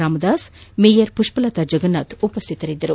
Ramdas mayor Pushpalatha Jagannath ಉಪಸ್ಥಿತರಿದ್ದರು